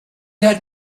had